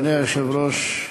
אדוני היושב-ראש,